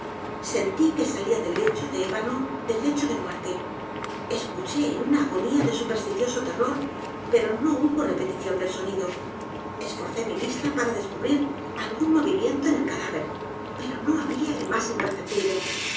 sentí que salía del lecho de ébano del lecho de muerte escuché en una agonía de supersticioso terror pero no hubo repetición del sonido e s forcé mi vista p a r a descubrir algún movimiento en el cadáver pero no había el más imperceptible